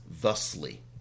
thusly